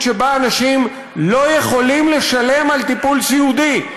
שבה אנשים לא יכולים לשלם על טיפול סיעודי,